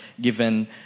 given